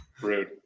Rude